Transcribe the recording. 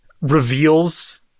reveals